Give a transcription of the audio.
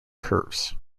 curves